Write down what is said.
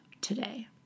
today